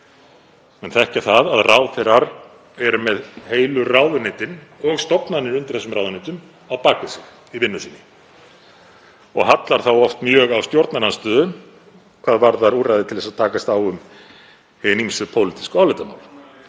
Menn þekkja það að ráðherrar eru með heilu ráðuneytin og stofnanirnar undir þessum ráðuneytum á bak við sig í vinnu sinni og hallar þá oft mjög á stjórnarandstöðu hvað varðar úrræði til að takast á um hin ýmsu pólitísku álitamál.